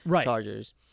chargers